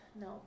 No